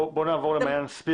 בואו נעבור למעין ספיבק,